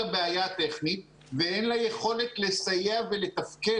הבעיה הטכנית ואין לה יכולת לסייע ולתפקד.